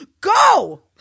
go